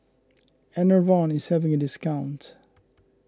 Enervon is having a discount